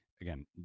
again